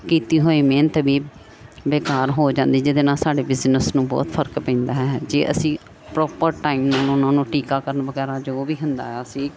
ਕੀਤੀ ਹੋਈ ਮਿਹਨਤ ਵੀ ਬੇਕਾਰ ਹੋ ਜਾਂਦੀ ਜਿਹਦੇ ਨਾਲ ਸਾਡੇ ਬਿਜਨਸ ਨੂੰ ਬਹੁਤ ਫਰਕ ਪੈਂਦਾ ਹੈ ਜੇ ਅਸੀਂ ਪ੍ਰੋਪਰ ਟਾਈਮ ਨਾਲ ਉਹਨਾਂ ਨੂੰ ਟੀਕਾਕਰਨ ਵਗੈਰਾ ਜੋ ਵੀ ਹੁੰਦਾ ਅਸੀਂ